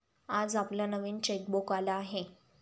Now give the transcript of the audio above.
आज आपलं नवीन चेकबुक आलं आहे